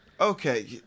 Okay